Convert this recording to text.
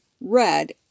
red